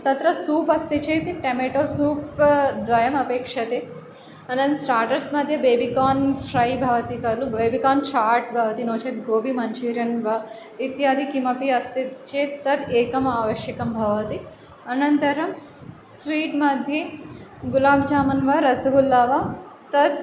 तत्र सूप् अस्ति चेत् टेमेटो सूप् द्वयम् अपेक्षते अनं स्टार्टर्स् मद्ये बेबिकार्न् फ़्रै भवति खलु बेबिकार्न् छाट् भवति नो चेत् गोबि मञ्चूरियन् वा इत्यादि किमपि अस्ति चेत् तद् एकम् आवश्यकं भवति अनन्तरं स्वीट् मद्ये गुलाब् जामून् वा रसगुल्ला वा तद्